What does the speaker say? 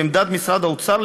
בעמדת משרד האוצר,